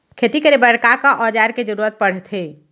खेती करे बर का का औज़ार के जरूरत पढ़थे?